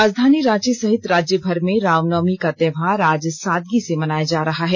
राजधानी रांची सहित राज्यभर में रामनवमी का त्योहार आज सादगी से मनाया जा रहा है